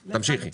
תמשיכי.